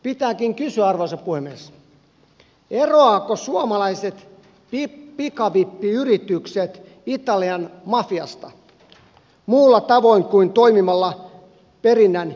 pitääkin kysyä arvoisa puhemies eroavatko suomalaiset pikavippiyritykset italian mafiasta muulla tavoin kuin toimittamalla perinnän inhimillisemmin